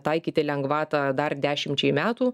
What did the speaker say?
taikyti lengvatą dar dešimčiai metų